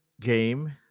game